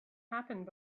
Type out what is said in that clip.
happened